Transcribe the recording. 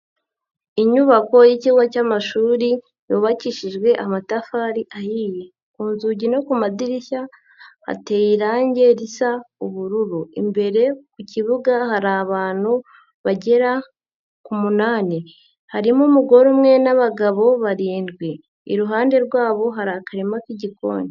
Inyubako y'ikigo cy'amashuri yubakishijwe amatafari ahiye, ku nzugi no ku madirishya hateye irangi risa ubururu, imbere ku kibuga hari abantu bagera ku munani, harimo umugore umwe n'abagabo barindwi iruhande rwabo hari akarima k'igikoni.